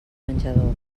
menjador